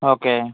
okay